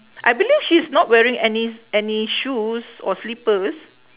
I believe she's not wearing any any shoes or slippers